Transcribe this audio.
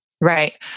Right